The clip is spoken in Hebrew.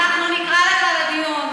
אנחנו נקרא לך לדיון.